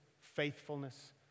faithfulness